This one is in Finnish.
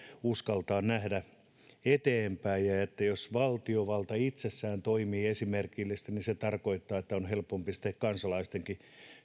uskaltaa nähdä eteenpäin ja ja jos valtiovalta itsessään toimii esimerkillisesti se tarkoittaa että on helpompi sitten kansalaistenkin